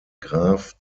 graph